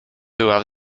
była